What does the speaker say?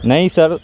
نہیں سر